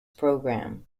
program